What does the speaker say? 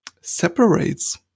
separates